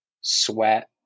sweat